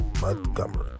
Montgomery